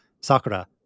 Sakura